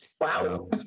wow